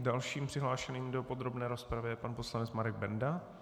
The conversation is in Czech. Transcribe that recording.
Dalším přihlášeným do podrobné rozpravy je pan poslanec Marek Benda.